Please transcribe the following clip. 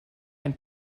ein